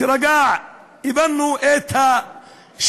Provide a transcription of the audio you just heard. אבל אז הוא לא יהיה ראש הממשלה יותר.